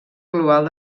global